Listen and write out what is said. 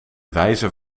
wijzer